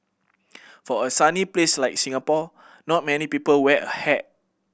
for a sunny place like Singapore not many people wear a hat